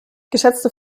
geschätzte